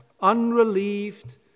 unrelieved